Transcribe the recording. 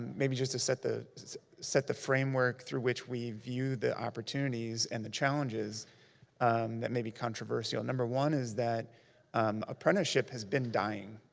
maybe just to set the set the framework through which we view the opportunities and the challenges that may be controversial. number one is that apprenticeship has been dying,